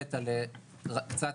באמת קצת,